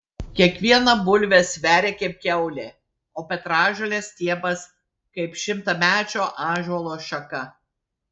kiekviena bulvė sveria kaip kiaulė o petražolės stiebas kaip šimtamečio ąžuolo šaka